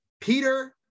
Peter